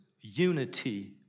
unity